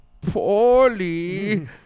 poorly